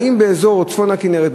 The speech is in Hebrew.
האם באזור צפון הכינרת,